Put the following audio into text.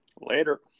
Later